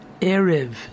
Erev